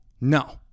No